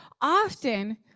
often